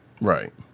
Right